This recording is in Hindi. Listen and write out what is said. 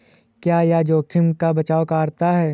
क्या यह जोखिम का बचाओ करता है?